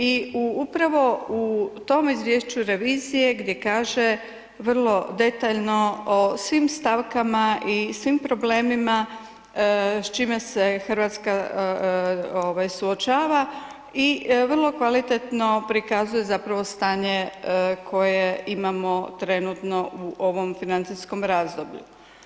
I u upravo u tom izvješću revizije gdje kaže vrlo detaljno o svim stavkama i svim problemima s čime se Hrvatska ovaj suočava i vrlo kvalitetno prikazuje zapravo stanje koje imamo trenutno u ovom financijskom razdoblju.